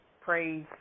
praise